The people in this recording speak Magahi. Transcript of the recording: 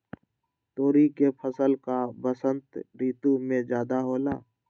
तोरी के फसल का बसंत ऋतु में ज्यादा होला?